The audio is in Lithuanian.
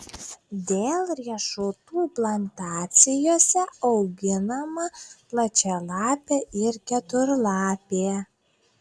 dėl riešutų plantacijose auginama plačialapė ir keturlapė